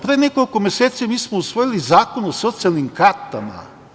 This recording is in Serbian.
Pre nekoliko meseci mi smo usvojili zakon u socijalnim kartama.